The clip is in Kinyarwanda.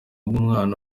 bw’umwana